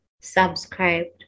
subscribed